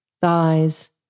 thighs